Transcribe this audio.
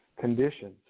conditions